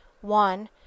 one